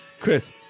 Chris